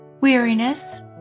weariness